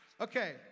Okay